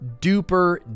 duper